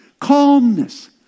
Calmness